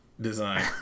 design